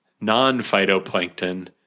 non-phytoplankton